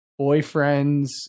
boyfriends